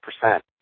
percent